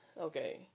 okay